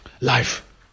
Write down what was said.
life